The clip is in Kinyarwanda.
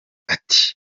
ati